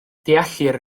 deallir